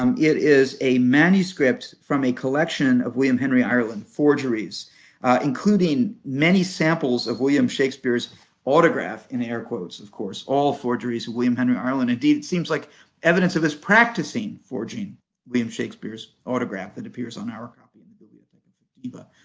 um it is a manuscript from a collection of william henry ireland forgeries including many samples of william shakespeare's autograph, in air quotes of course, all forgeries of william henry ireland. indeed, it seems like evidence of his practicing forging william shakespeare's autograph that appears on our copy in the bibliotheca fictiva,